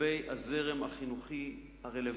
לגבי הזרם החינוכי הרלוונטי,